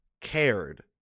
cared